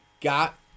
got